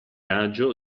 agio